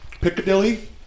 Piccadilly